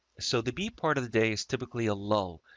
so the b part of the day is typically a lull,